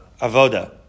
Avoda